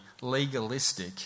legalistic